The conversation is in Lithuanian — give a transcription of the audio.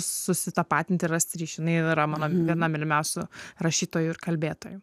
susitapatinti rasti ryšį nėra mano viena mylimiausių rašytojų ir kalbėtojų